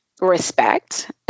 respect